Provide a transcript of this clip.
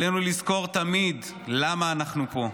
עלינו לזכור תמיד למה אנחנו פה.